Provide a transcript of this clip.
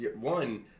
one